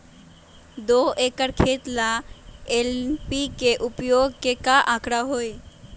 दो एकर खेत ला एन.पी.के उपयोग के का आंकड़ा होई?